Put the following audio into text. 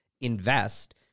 invest